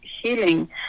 healing